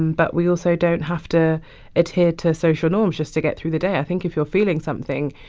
and but we also don't have to adhere to social norms just to get through the day. i think if you're feeling something,